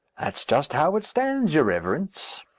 that's just how it stands, your reverence.